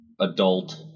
adult